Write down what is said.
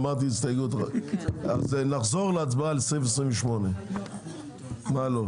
אמרתי הסתייגות נחזור להצבעה על סעיף 28. לא.